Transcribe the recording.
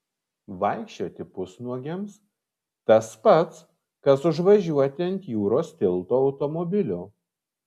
vaikščioti pusnuogiams tas pats kas užvažiuoti ant jūros tilto automobiliu